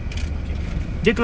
okay